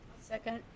Second